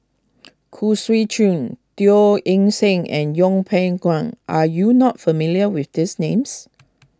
Khoo Swee Chiow Teo Eng Seng and Yeng Pway Guan are you not familiar with these names